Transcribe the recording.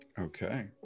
Okay